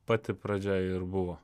pati pradžia ir buvo